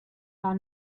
gar